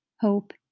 hope